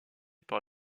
par